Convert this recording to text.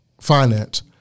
finance